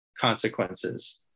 consequences